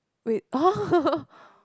wait !huh!